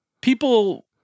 people